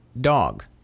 dog